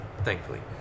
Thankfully